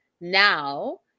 now